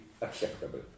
acceptable